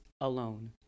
alone